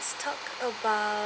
let's talk about